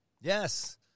Yes